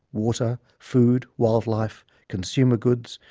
water, food, wildlife, consumer goods,